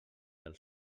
del